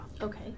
Okay